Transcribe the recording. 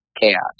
chaos